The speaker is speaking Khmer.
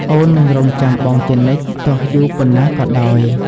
អូននឹងរង់ចាំបងជានិច្ច ទោះយូរប៉ុណ្ណាក៏ដោយ។